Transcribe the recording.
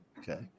Okay